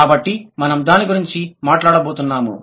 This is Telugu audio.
కాబట్టి మనం దాని గురించి చర్చించబోతున్నాము